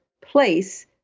place